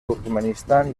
turkmenistan